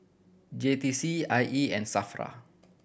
J T C I E and SAFRA